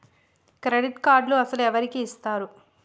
Credit కార్డులు అసలు ఎవరికి ఇస్తారు?